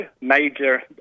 major